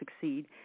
succeed